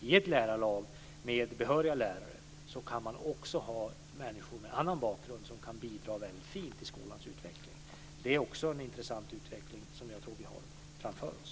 I ett lärarlag med behöriga lärare kan man också ha människor med annan bakgrund som kan bidra väldigt fint till skolans utveckling. Det är en intressant utveckling som jag tror att vi har framför oss.